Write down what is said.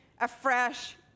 afresh